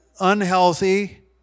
unhealthy